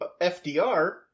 FDR